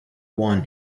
one